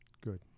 Good